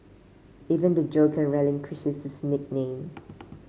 even the Joker relinquishes his nickname